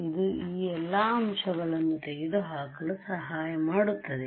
ಇದು ಈ ಎಲ್ಲ ಅಂಶಗಳನ್ನು ತೆಗೆದು ಹಾಕಲು ಸಹಾಯ ಮಾಡುತ್ತದೆ